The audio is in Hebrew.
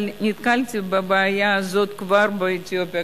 אבל נתקלתי בבעיה הזאת כבר באתיופיה,